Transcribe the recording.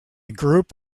group